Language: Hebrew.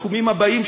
בתחומים הבאים,